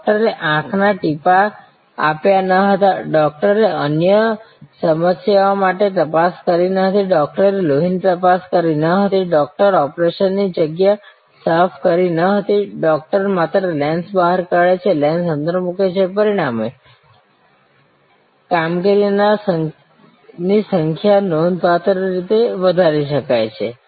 ડોકટરે આંખના ટીપાં આપ્યા ન હતા ડોકટરે અન્ય સમસ્યાઓ માટે તપાસ કરી ન હતી ડોકટરે લોહીની તપાસ કરી ન હતી ડોકટર ઓપરેશનની જગ્યા સાફ કરી રહ્યા ન હતા ડોકટર માત્ર લેન્સ બહાર કાઢે છે લેન્સ અંદર મૂકે છે પરિણામે કામગીરીની સંખ્યા નોંધપાત્ર રીતે વધારી શકાય છે